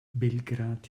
belgrad